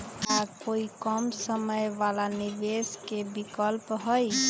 का कोई कम समय वाला निवेस के विकल्प हई?